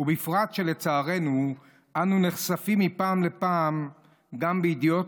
ובפרט שלצערנו אנו נחשפים מפעם לפעם גם לידיעות